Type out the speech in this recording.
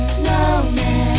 snowman